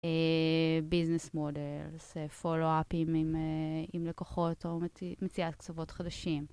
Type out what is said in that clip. ביזנס מודל, פולו-אפים עם לקוחות או מציאת קצוות חדשים.